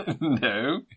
No